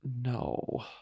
No